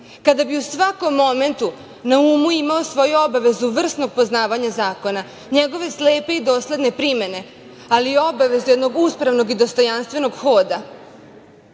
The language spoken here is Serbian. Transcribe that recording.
kada bi u svakom momentu na umu imao svoju obavezu vrsnog poznavanja zakona, njegove slepe i dosledne primene, ali obaveze jednog uspravnog i dostojanstvenog hoda. Ja